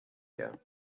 here